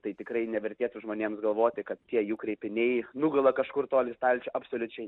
tai tikrai nevertėtų žmonėms galvoti kad tie jų kreipiniai nugula kažkur toli į stalčių absoliučiai